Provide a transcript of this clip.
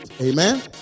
Amen